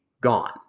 gone